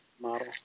model